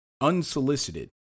unsolicited